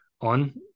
on